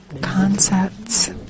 concepts